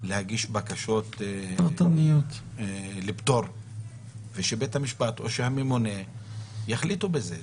להגיש בקשות לפטור ושבית המשפט או שהממונה יחליטו בזה.